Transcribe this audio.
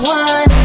one